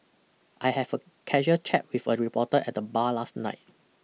I have a casual chat with a reporter at the bar last night